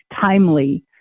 timely